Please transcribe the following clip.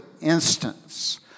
instance